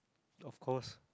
of course